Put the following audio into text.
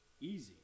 easy